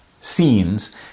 scenes